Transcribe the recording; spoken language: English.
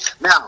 Now